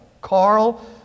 Carl